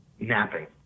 napping